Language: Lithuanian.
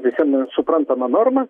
visiem na suprantama norma